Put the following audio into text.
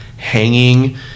Hanging